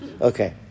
Okay